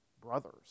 brothers